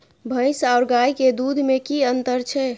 भैस और गाय के दूध में कि अंतर छै?